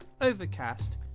Overcast